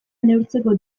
neurtzeko